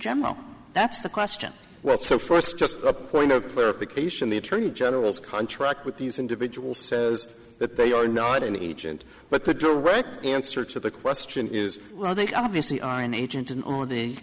general that's the question what so first just a point of clarification the attorney general's contract with these individuals says that they are not an agent but the direct answer to the question is were they obviously are an agent and or the